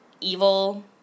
evil